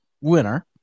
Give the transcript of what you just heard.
winner